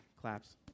claps